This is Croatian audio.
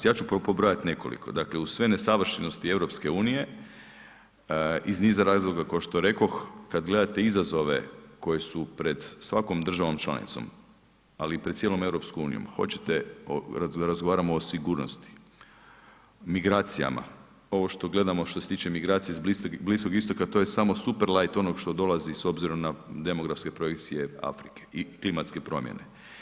Ja ću pobrojat nekoliko, dakle uz sve nesavršenosti EU iz niza razloga ko što rekoh kad gledate izazove koje su pred svakom državom članicom, ali i pred cijelom EU hoćete razgovaramo o sigurnosti, migracijama, ovo što gledamo što se tiče migracija iz Bliskog Istoka to je samo superlait onoga što dolazi s obzirom na demografske projekcije Afrike i klimatske promjene.